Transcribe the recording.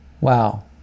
wow